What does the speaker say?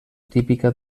típica